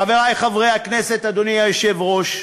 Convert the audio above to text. חברי חברי הכנסת, אדוני היושב-ראש,